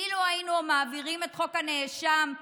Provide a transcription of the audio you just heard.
אילו היינו מעבירים את חוק הנאשם,